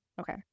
Okay